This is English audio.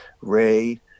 Ray